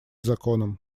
законом